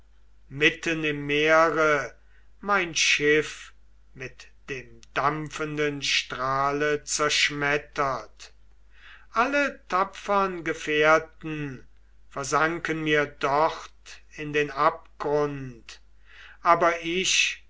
mitten im meere sein schiff mit dem dampfenden strahle zerschmettert alle tapfern gefährten versanken ihm dort in den abgrund aber er